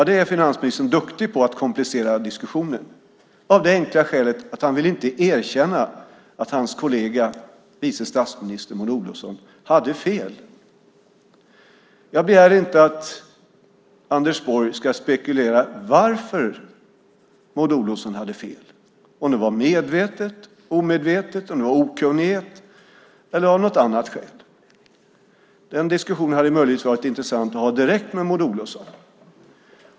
Det är han duktig på av det enkla skälet att han inte vill erkänna att hans kollega, vice statsminister Maud Olofsson, hade fel. Jag begär inte att Anders Borg ska spekulera om varför Maud Olofsson hade fel, om det var medvetet, omedvetet, om det var av okunnighet eller av något annat skäl. Den diskussionen hade det möjligtvis varit intressant att ha direkt med Maud Olofsson.